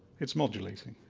it's modulating.